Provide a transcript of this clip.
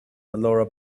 laura